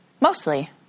Mostly